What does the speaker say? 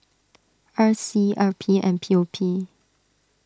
R C R P and P O P